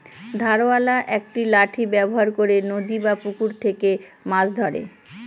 ধারওয়ালা একটি লাঠি ব্যবহার করে নদী বা পুকুরে থেকে মাছ ধরে